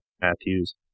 Matthews